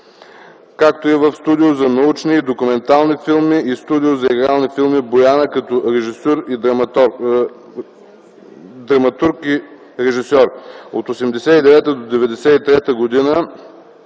както и в Студия за научни и документални филми и Студия за игрални филми – Бояна, като режисьор и драматург. От 1989 до 1993 г.